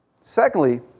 Secondly